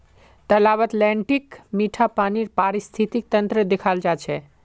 तालाबत लेन्टीक मीठा पानीर पारिस्थितिक तंत्रक देखाल जा छे